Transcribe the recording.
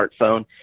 smartphone